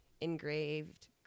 engraved